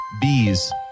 Bees